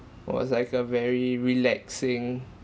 was like a very relaxing